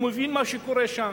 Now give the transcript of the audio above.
הוא מבין מה שקורה שם,